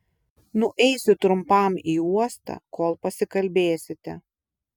nueisiu trumpam į uostą kol pasikalbėsite